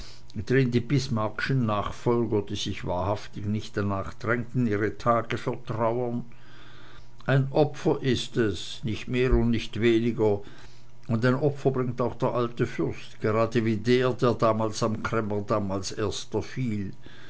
die bismarckschen nachfolger die sich wahrhaftig nicht darnach drängten ihre tage vertrauern ein opfer ist es nicht mehr und nicht weniger und ein opfer bringt auch der alte fürst gerade wie der der damals am cremmer damm als erster fiel